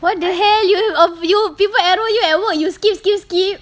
what the hell you o~ you people arrow you at work you skip skip skip